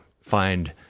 find